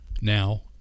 now